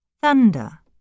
Thunder